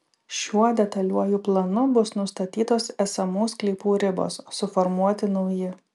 šiuo detaliuoju planu bus nustatytos esamų sklypų ribos suformuoti nauji